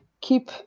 keep